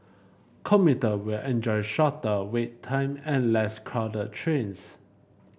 commuter will enjoy shorter wait time and less crowded trains